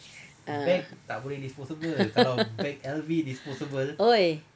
ah !oi!